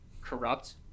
corrupt